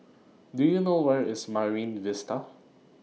Do YOU know Where IS Marine Vista